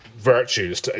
virtues